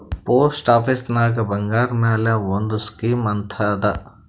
post ಆಫೀಸ್ನಾಗ್ ಬಂಗಾರ್ ಮ್ಯಾಲ ಒಂದ್ ಸ್ಕೀಮ್ ಅಂತ್ ಅದಾ